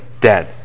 dead